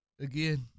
again